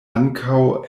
ankaŭ